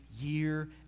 year